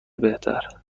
بهتر